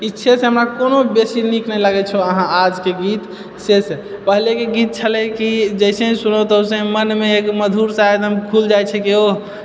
ई छै हमरा कोनो बेसी नीक नहि लागैत छौ अहाँ आजके गीतसँ पहिलके गीत छलेै कि जैसे ही सुनो तऽवैसेही मनमे मधुर सा एकदम घुलि जाइत छेै